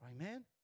Amen